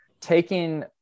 taking